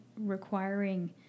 requiring